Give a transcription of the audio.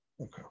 Okay